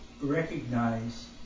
recognize